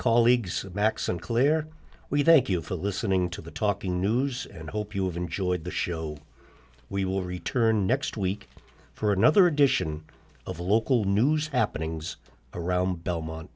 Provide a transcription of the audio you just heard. colleagues max and claire we thank you for listening to the talking news and hope you have enjoyed the show we will return next week for another edition of local news happening around belmont